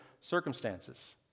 circumstances